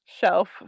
shelf